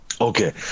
Okay